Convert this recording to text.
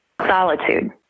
solitude